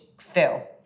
feel